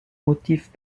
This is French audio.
motifs